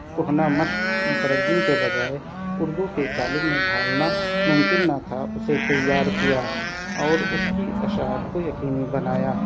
کہنہ مشق مترجم کے بجائے اردو کے قالب میں ڈھالنا ممکن نہ تھا اسے تیار کیا اور اس کی اشاعت کو یقینی بنایا